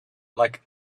like